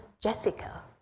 Jessica